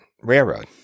railroad